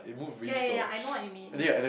ya ya ya I know what you mean